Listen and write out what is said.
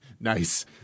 Nice